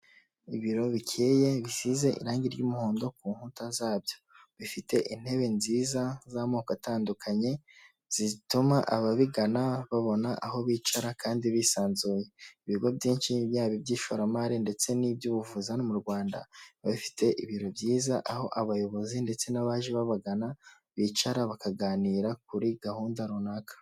Ibiro bikeye bisize irangi ry'umuhondo ku nkuta zabyo, bifite intebe nziza z'amoko atandukanye zituma ababigana babona aho bicara kandi bisanzuye, ibigo byinshi byaba iby'ishoramari ndetse n'iby'ubuvuzi hano mu Rwanda, bafite ibiro byiza, aho abayobozi ndetse n'abaje babagana bicara bakaganira kuri gahunda runaka.